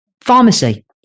pharmacy